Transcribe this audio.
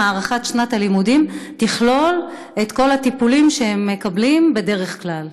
האם הארכת שנת הלימודים תכלול את כל הטיפולים שהם מקבלים בדרך כלל?